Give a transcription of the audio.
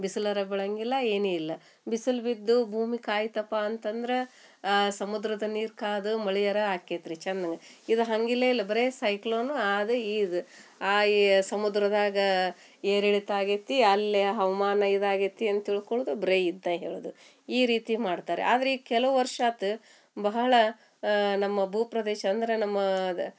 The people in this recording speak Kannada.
ಬಿಸ್ಲಾರ ಬೀಳಂಗಿಲ್ಲ ಏನಿಲ್ಲ ಬಿಸ್ಲು ಬಿದ್ದು ಭೂಮಿ ಕಾಯ್ತಪ್ಪಾ ಅಂತ ಅಂದ್ರೆ ಆ ಸಮುದ್ರದ ನೀರು ಕಾದು ಮಳಿಯರ ಆಕೈತ್ರಿ ಚನ್ನಗ ಇದು ಹಂಗಿಲ್ಲೆ ಇಲ್ಲ ಬರೇ ಸೈಕ್ಲೋನು ಅದು ಈದ್ ಆ ಏ ಸಮುದ್ರದಾಗ ಏರು ಇಳಿತ ಆಗೈತಿ ಅಲ್ಲೆ ಹವಮಾನ ಇದು ಆಗೈತಿ ಅಂತ ತಿಳ್ಕೊಳುದ ಬ್ರೇ ಇತ್ತು ಹೇಳುದು ಈ ರೀತಿ ಮಾಡ್ತಾರೆ ಆದರೆ ಈಗ ಕೆಲವು ವರ್ಷ ಆತು ಬಹಳ ನಮ್ಮ ಬೂ ಪ್ರದೇಶ ಅಂದರೆ ನಮ್ಮ ಅದು